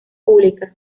pública